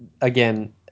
again